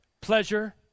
pleasure